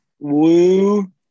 Woo